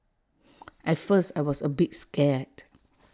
at first I was A bit scared